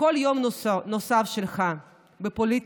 שכל יום נוסף שלך בפוליטיקה,